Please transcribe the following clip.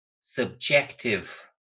subjective